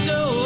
go